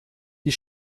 die